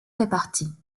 réparties